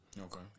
Okay